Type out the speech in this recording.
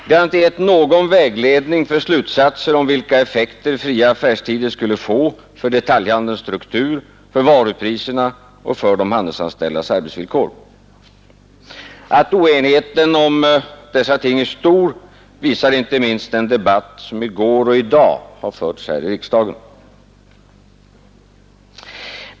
Det har inte givit någon vägledning för slutsatser om vilka effekter fria affärstider skulle få för detaljhandelns struktur, för varupriserna och för de handelsanställdas arbetsvillkor. Att oenigheten om dessa ting är stor visar inte minst den debatt som i går och i dag har förts här i riksdagen.